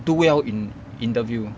do well in interview